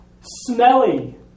smelly